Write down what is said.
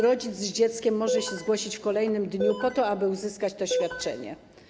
Rodzic z dzieckiem może się zgłosić w kolejnym dniu, aby uzyskać to świadczenie.